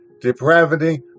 depravity